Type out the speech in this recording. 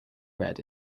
read